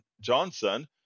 Johnson